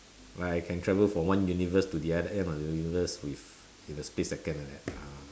where I can travel from one universe to the other end of the universe with in a split second like that